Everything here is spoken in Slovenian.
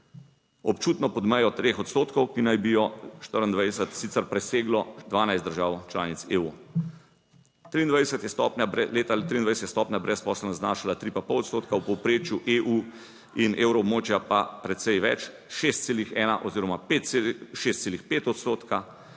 občutno pod mejo 3 odstotkov, ki naj bi jo 24 sicer preseglo 12 držav članic EU. Leta 2023, stopnja brezposelnosti znašala tri pa pol odstotka v povprečju EU in evroobmočja pa precej več 6,1 oziroma 5 6,5 odstotka.